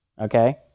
Okay